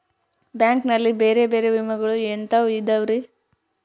Bank ನಲ್ಲಿ ಬೇರೆ ಬೇರೆ ವಿಮೆಗಳು ಎಂತವ್ ಇದವ್ರಿ?